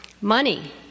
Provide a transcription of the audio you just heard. Money